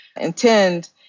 intend